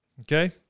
Okay